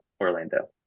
Orlando